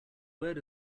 word